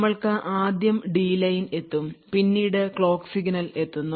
നമ്മൾക്കു ആദ്യം D line എത്തുംപിന്നീട് ക്ലോക്ക് സിഗ്നൽ എത്തുന്നു